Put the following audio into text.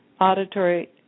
auditory